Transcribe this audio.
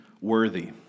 worthy